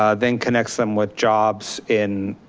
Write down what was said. ah then connects them with jobs in,